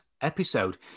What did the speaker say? episode